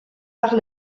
par